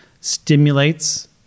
stimulates